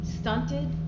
stunted